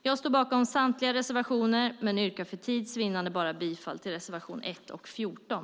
Jag står bakom samtliga reservationer men yrkar för tids vinnande bara bifall till reservation 1 och 14.